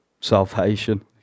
salvation